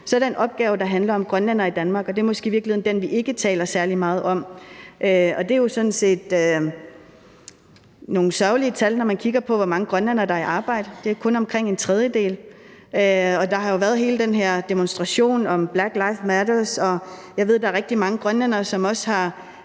Så er der en opgave, der handler om grønlændere i Danmark, og det er måske i virkeligheden den, vi ikke taler særlig meget om. Det er jo sådan set nogle sørgelige tal, når man kigger på, hvor mange grønlændere der er i arbejde – det er kun omkring en tredjedel. Der har jo været hele den her demonstration om »Black lives matter«, og jeg ved, at der er rigtig mange grønlændere, som